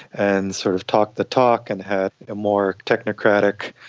and sort of talked the talk and had a more technocratic,